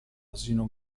asino